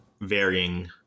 varying